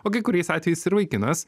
o kai kuriais atvejais ir vaikinas